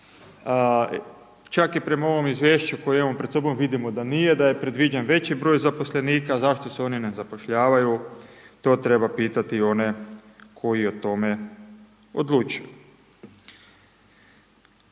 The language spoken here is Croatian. čak i prema ovom izvješću koje imamo pred sobom vidimo da nije, da je predviđen veći broj zaposlenika, zašto se oni ne zapošljavaju to treba pitati one koji o tome odlučuju.